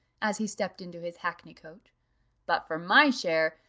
as he stepped into his hackney coach but for my share,